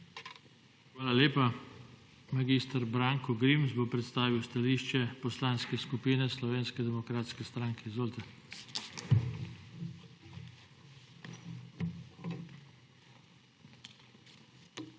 Hvala lepa. Mag. Branko Grims bo predstavil stališče Poslanske skupine Slovenske demokratske stranke. Izvolite.